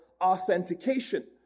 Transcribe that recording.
authentication